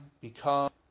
become